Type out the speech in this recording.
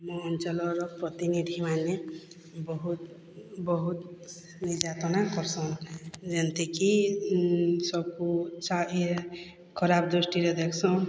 ମୋ ଅଞ୍ଚଲର ପ୍ରତିନିଧିମାନେ ବହୁତ ବହୁତ ନିର୍ଯାତନା କରସନ୍ ଯେମିତିକି ଇଏ ଖରାପ ଦୃଷ୍ଟିରେ ଦେଖସନ୍